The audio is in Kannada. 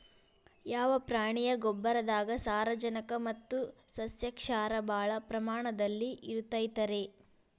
ಯಾವ ಪ್ರಾಣಿಯ ಗೊಬ್ಬರದಾಗ ಸಾರಜನಕ ಮತ್ತ ಸಸ್ಯಕ್ಷಾರ ಭಾಳ ಪ್ರಮಾಣದಲ್ಲಿ ಇರುತೈತರೇ?